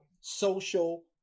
social